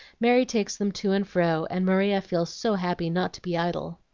mary takes them to and fro, and maria feels so happy not to be idle.